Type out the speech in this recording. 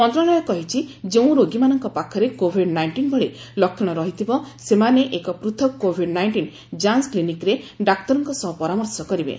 ମନ୍ତ୍ରଣାଳୟ କହିଛି ଯେଉଁ ରୋଗୀମାନଙ୍କ ପାଖରେ କୋଭିଡ୍ ନାଇଷ୍ଟିନ୍ ଭଳି ଲକ୍ଷଣ ରହିଥିବ ସେମାନେ ଏକ ପୃଥକ୍ କୋଭିଡ୍ ନାଇଷ୍ଟିନ୍ ଯାଞ୍ଚ କ୍ଲିନିକ୍ରେ ଡାକ୍ତରଙ୍କ ସହ ପରାମର୍ଶ କରିବେ